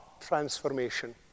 transformation